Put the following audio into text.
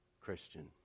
Christian